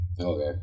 Okay